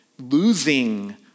losing